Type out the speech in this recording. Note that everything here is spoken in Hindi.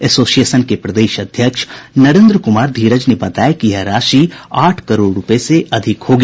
एसोसिएशन के प्रदेश अध्यक्ष नरेन्द्र कुमार धीरज ने बताया कि यह राशि आठ करोड़ रूपये से अधिक होगी